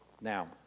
Now